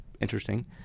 interesting